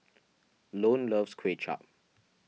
Lone loves Kuay Chap